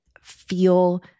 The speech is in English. feel